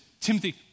Timothy